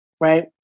right